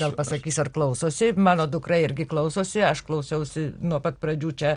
gal pasakys ar klausosi mano dukra irgi klausosi aš klausiausi nuo pat pradžių čia